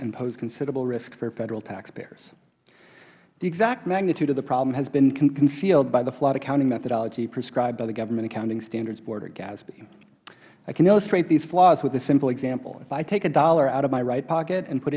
and impose considerable risk for federal taxpayers the exact magnitude of the problem has been concealed by the flawed accounting methodology prescribed by the government accounting standards board or gasb i can illustrate these flaws with a simple example if i take a dollar out of my right pocket and put